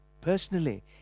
personally